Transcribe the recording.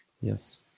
Yes